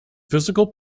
physical